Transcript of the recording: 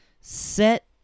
set